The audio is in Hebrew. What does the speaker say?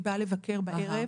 היא באה לבקר בערב.